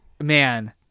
Man